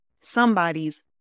somebody's